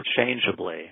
interchangeably